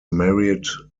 married